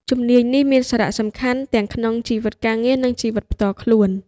ជំនាញនេះមានសារៈសំខាន់ទាំងក្នុងជីវិតការងារនិងជីវិតផ្ទាល់ខ្លួន។